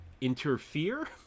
interfere